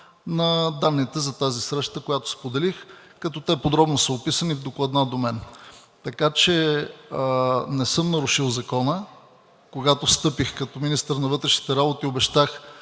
на данните за тази среща, която споделих, като те подробно са описани в докладна до мен. Така че не съм нарушил закона. Когато встъпих като министър на вътрешните работи, обещах